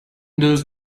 those